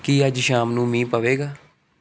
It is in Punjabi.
ਕੀ ਅੱਜ ਸ਼ਾਮ ਨੂੰ ਮੀਂਹ ਪਵੇਗਾ